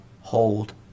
hold